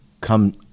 come